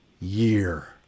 year